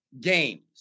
games